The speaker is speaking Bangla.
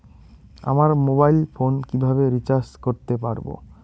আমার মোবাইল ফোন কিভাবে রিচার্জ করতে পারব?